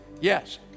yes